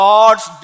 God's